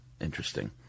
interesting